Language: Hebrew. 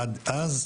עד אז,